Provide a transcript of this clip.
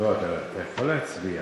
לא, אתה יכול להצביע.